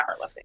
powerlifting